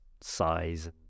size